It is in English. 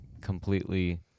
completely